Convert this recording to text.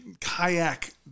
kayak